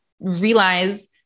realize